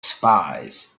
spies